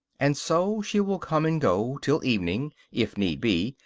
and so she will come and go, till evening, if need be,